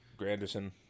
Granderson